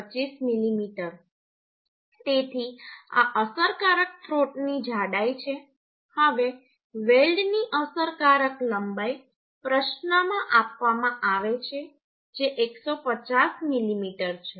25 millimetre તેથી આ અસરકારક થ્રોટની જાડાઈ છે હવે વેલ્ડની અસરકારક લંબાઈ પ્રશ્નમાં આપવામાં આવે છે જે 150 મિલીમીટર છે